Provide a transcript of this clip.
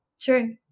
True